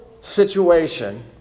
situation